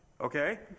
Okay